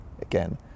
Again